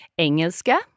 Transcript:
Engelska